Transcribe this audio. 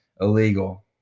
illegal